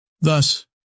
thus